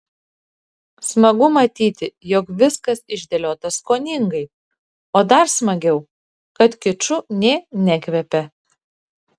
smagu matyti jog viskas išdėliota skoningai o dar smagiau kad kiču nė nekvepia